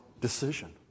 decision